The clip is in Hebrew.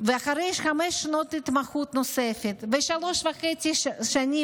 ואחרי חמש שנות התמחות נוספת ושלוש וחצי שנים